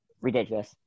Ridiculous